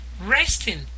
resting